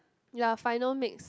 ya final mix